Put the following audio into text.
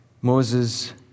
Moses